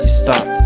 stop